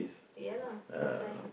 ya lah that's why